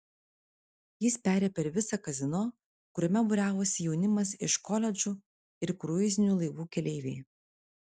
jis perėjo per visą kazino kuriame būriavosi jaunimas iš koledžų ir kruizinių laivų keleiviai